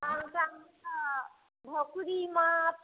आओर तखनसँ भकुरी माछ